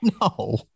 No